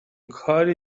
کاری